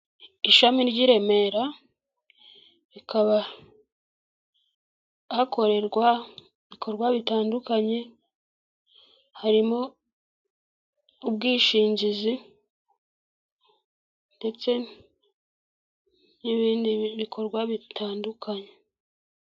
Ishami ry'i Remera rikaba hakorerwa ibikorwa bitandukanye, harimo ubwishingizi ndetse n'ibindi bikorwa bitandukanye.